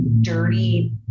dirty